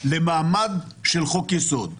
למעמד של חוק-יסוד.